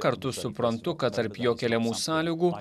kartu suprantu kad tarp jo keliamų sąlygų